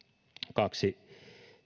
kaksi